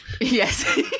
Yes